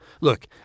Look